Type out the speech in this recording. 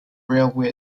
railway